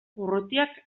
urrutiak